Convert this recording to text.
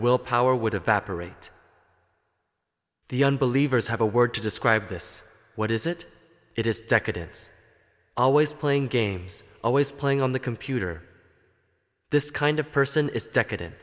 will power would evaporate the unbelievers have a word to describe this what is it it is decadence always playing games always playing on the computer this kind of person is decaden